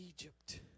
Egypt